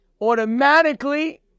automatically